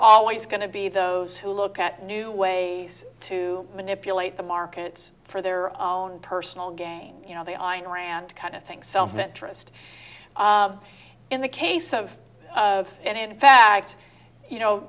always going to be those who look at new ways to manipulate the markets for their own personal gain you know they are in rand kind of thing self interest in the case of and in fact you know